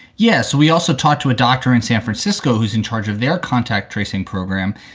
yes. we also talked to a doctor in san francisco who's in charge of their contact tracing program.